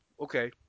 Okay